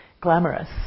glamorous